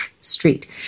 Street